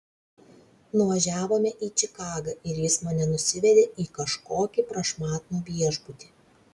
nuvažiavome į čikagą ir jis mane nusivedė į kažkokį prašmatnų viešbutį